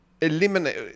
Eliminate